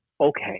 Okay